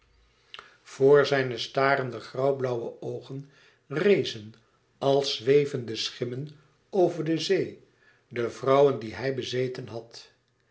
voor zijne starende grauwblauwe oogen rezen als zwevende schimmen over de zee de vrouwen die hij bezeten had